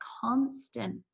constant